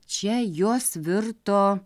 čia jos virto